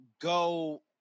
go